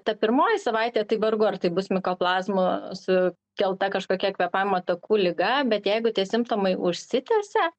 ta pirmoji savaitė tai vargu ar tai bus mikoplazmo su kelta kažkokia kvėpavimo takų liga bet jeigu tie simptomai užsitęsia